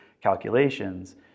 calculations